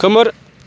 खोमोर